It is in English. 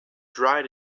dried